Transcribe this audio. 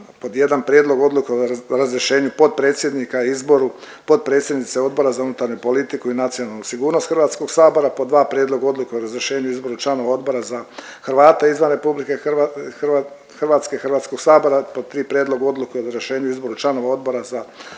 potpredsjednika i izboru potpredsjednice Odbora za unutarnju politiku i nacionalnu sigurnost Hrvatskog sabora. Pod dva, Prijedlog odluke o razrješenju i izboru članova Odbora za Hrvate izvan Republike Hrvatske, Hrvatskog sabora. Pod tri, Prijedlog odluke o razrješenju i izboru članova Odbora za ratne